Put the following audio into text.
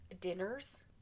dinners